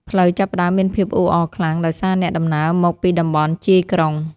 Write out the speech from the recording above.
ផ្លូវចាប់ផ្ដើមមានភាពអ៊ូអរខ្លាំងដោយសារអ្នកដំណើរមកពីតំបន់ជាយក្រុង។